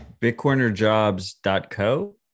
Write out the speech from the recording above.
Bitcoinerjobs.co